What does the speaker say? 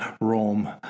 rome